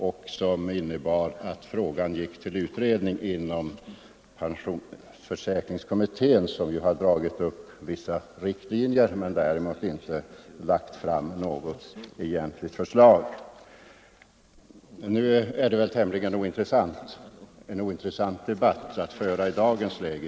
Det innebar att frågan gick till pensionsförsäkringskommittén för utredning, och kommittén har sedan dragit upp vissa riktlinjer men inte lagt fram något egentligt förslag. Nu är väl den debatten ganska ointressant att föra i dag.